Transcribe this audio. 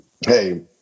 Hey